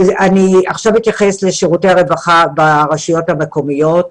אני אתייחס לשירותי הרווחה ברשויות המקומיות.